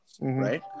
right